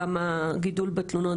כמה גידול בתלונות,